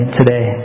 today